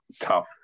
Tough